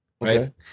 right